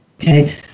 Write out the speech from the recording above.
okay